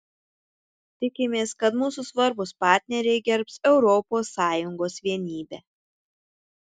tikimės kad mūsų svarbūs partneriai gerbs europos sąjungos vienybę